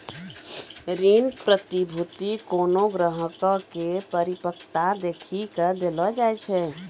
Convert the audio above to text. ऋण प्रतिभूती कोनो ग्राहको के परिपक्वता देखी के देलो जाय छै